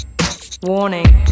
Warning